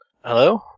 Hello